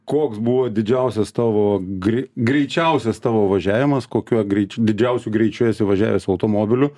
koks buvo didžiausias tavo grei greičiausias tavo važiavimas kokiu greič didžiausiu greičiu esi važiavęs automobiliu